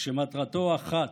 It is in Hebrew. ומטרתו אחת: